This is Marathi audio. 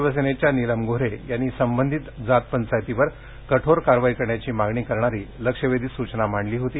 शिवसेनेच्या नीलम गोऱ्हे यांनी संबंधित जातपंचायतींवर कठोर कारवाई करण्याची मागणी करणारी लक्षवेधी सूचना मांडली होती